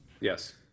Yes